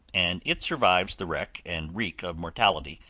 and it survives the wreck and reek of mortality,